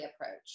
approach